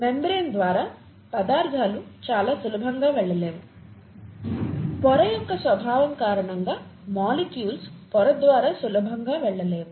membrane ద్వారా పదార్థాలు చాలా సులభంగా వెళ్లలేవు పొర యొక్క స్వభావం కారణంగా మాలిక్యూల్స్ పొర ద్వారా సులభంగా వెళ్ళలేవు